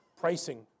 pricing